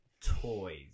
toys